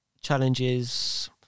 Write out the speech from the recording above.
challenges